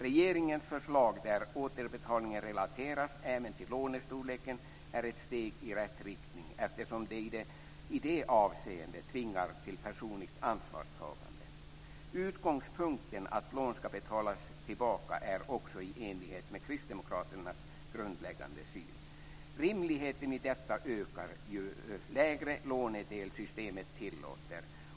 Regeringens förslag, där återbetalningen relateras även till lånestorleken, är ett steg i rätt riktning, eftersom det i det avseendet tvingar till personligt ansvarstagande. Utgångspunkten att lån ska betalas tillbaka är också i enlighet med kristdemokraternas grundläggande syn. Rimligheten i detta ökar ju lägre lånedel systemet tillåter.